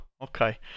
okay